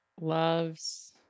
loves